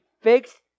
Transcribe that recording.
fixed